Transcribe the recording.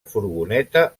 furgoneta